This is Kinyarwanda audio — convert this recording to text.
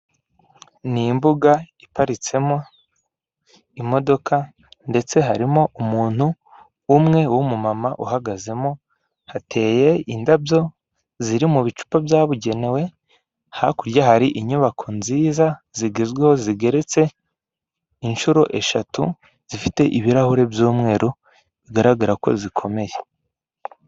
Ni imbuga iparitsemo imodoka ndetse harimo umuntu umwe w'umumama uhagazemo, hateye indabyo ziri mu bicupa byabugenewe, hakurya hari inyubako nziza, zigezweho zigeretse inshuro eshatu zifite ibirahure by'umweru, bigaragara ko zikomeye.